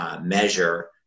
measure